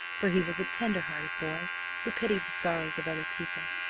for he was a tender-hearted boy who pitied the sorrows of other people.